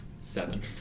Seven